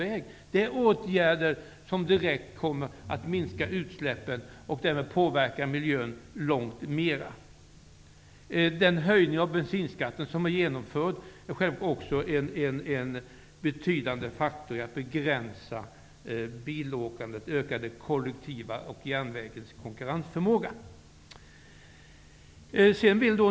Detta är åtgärder som direkt kommer att minska utsläppen och därmed påverka miljön långt mera. Den höjning av bensinskatten som är genomförd är också en betydande faktor när det gäller att begränsa bilåkandet samt öka kollektivtrafikens och järnvägens konkurrensförmåga.